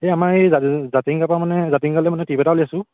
এই আমাৰ এই জা জাতিংগা পৰা মানে জাতিংগালৈ মানে ট্ৰিপ এটা ওলিয়াইছোঁ